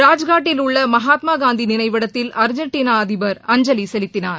ராஜ்காட்டில் உள்ள மகாத்மா காந்தி நினைவிடத்தில் அர்ஜெண்டினா அதிபர் அஞ்சலி செலுத்தினார்